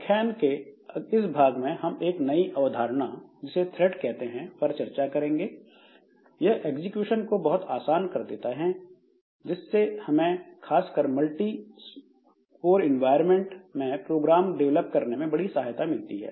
व्याख्यान के इस भाग में हम एक नई अवधारणा जिसे थ्रेड कहते हैं पर चर्चा करेंगे यह एग्जीक्यूशन को बहुत आसान कर देते हैं जिससे हमें खासकर मल्टीकोर इन्वायरमेंट में प्रोग्राम डिवेलप करने में बड़ी सहायता मिलती है